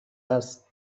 است